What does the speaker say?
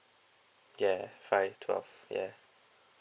ya five twelve ya